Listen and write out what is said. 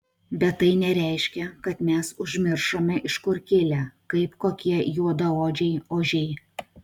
bet tai nereiškia kad mes užmiršome iš kur kilę kaip kokie juodaodžiai ožiai